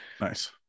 Nice